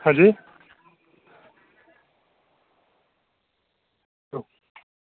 हां जी